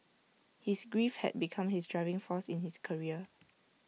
his grief had become his driving force in his career